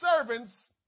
servants